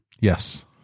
Yes